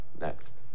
Next